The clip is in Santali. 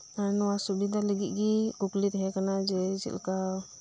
ᱟᱨ ᱱᱚᱶᱟ ᱥᱩᱵᱤᱫᱟ ᱞᱟᱜᱤᱫ ᱜᱮ ᱠᱩᱠᱞᱤ ᱛᱟᱦᱮᱸ ᱠᱟᱱᱟ ᱡᱮ ᱪᱮᱫ ᱞᱮᱠᱟ